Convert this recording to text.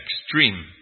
extreme